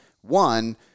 one